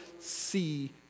see